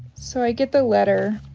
so i get the letter.